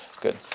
good